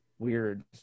weird